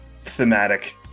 thematic